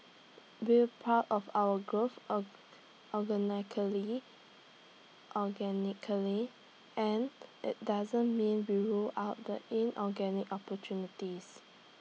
we're proud of our growth organically organically and IT doesn't mean we rule out the inorganic opportunities